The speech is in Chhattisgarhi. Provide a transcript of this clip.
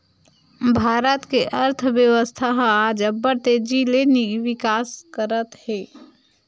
भारत के अर्थबेवस्था ह आज अब्बड़ तेजी ले बिकास करत हे